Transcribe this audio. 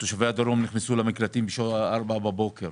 תושבי הדרום נכנסו למקלטים בשעה ארבע בבוקר.